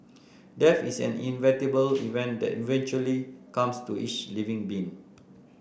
death is an inevitable event that eventually comes to each living being